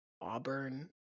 Auburn